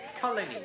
colony